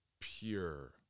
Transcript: pure